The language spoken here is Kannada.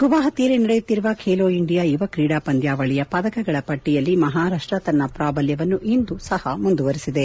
ಗುವಾಹತಿಯಲ್ಲಿ ನಡೆಯುತ್ತಿರುವ ಖೇಲೊ ಇಂಡಿಯಾ ಯುವ ಕ್ರೀಡಾ ಪಂದ್ಯಾವಳಿಯ ಪದಕಗಳ ಪಟ್ಟಿಯಲ್ಲಿ ಮಹಾರಾಷ್ಟ ತನ್ನ ಪ್ರಾಬಲ್ಯವನ್ನು ಇಂದೂ ಸಹ ಮುಂದುವರೆಸಿದೆ